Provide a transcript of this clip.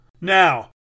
Now